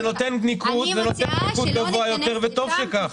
זה נותן ניקוד גבוה יותר וטוב שכך.